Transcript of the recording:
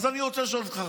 אז אני רוצה לשאול אותך,